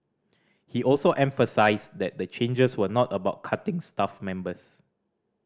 he also emphasised that the changes were not about cutting staff members